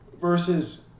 Versus